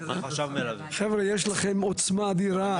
חבר'ה, יש לכם עוצמה אדירה.